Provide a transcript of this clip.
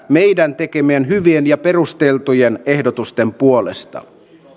meidän tekemien hyvien ja perusteltujen ehdotusten puolesta